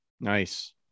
Nice